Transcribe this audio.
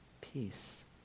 peace